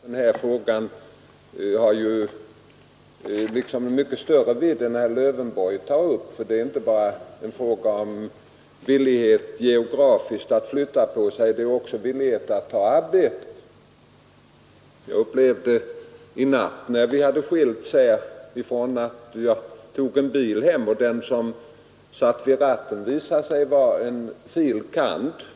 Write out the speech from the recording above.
Herr talman! Denna fråga har naturligtvis en mycket stor räckvidd och begränsar sig inte bara till de synpunkter som herr Lövenborg anlägger. Det är inte bara en fråga om villighet att geografiskt flytta på sig, det är också en fråga om villighet att ta arbete. När vi hade skilts åt i natt tog jag en bil hem. Den som satt vid ratten visade sig vara fil. kand.